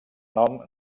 nom